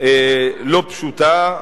לא פשוטה,